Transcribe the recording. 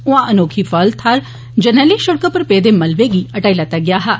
उआं अनोखी फाल थाहर जरनैली सिड़कै पर पेदे मलबे गी हटाई लैता गेआ हा